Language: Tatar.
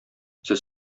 сез